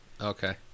Okay